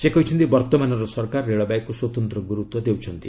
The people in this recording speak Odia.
ସେ କହିଛନ୍ତି ବର୍ତ୍ତମାନର ସରକାର ରେଳବାଇକୁ ସ୍ୱତନ୍ତ୍ର ଗୁରୁତ୍ୱ ଦେଉଛନ୍ତି